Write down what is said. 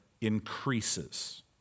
increases